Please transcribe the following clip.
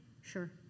sure